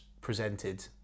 presented